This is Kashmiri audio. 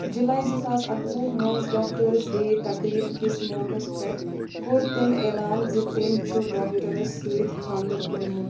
جُلاے زٕ ساس اَکوُہ منٛز ڈاکٹٲرٕز ڈے تقریٖب کِس موقعَس پٮ۪ٹھ کوٚر تٔمۍ اعلان زِ تٔمۍ چھُ ڈاکٹرَس سۭتۍ کھانٛدَر کوٚرمُت